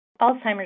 Alzheimer's